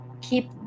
keep